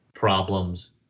problems